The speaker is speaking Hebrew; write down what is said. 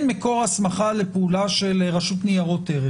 מקור הסמכה לפעולה של רשות לניירות ערך